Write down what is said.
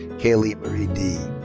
kaylee marie dee.